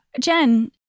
Jen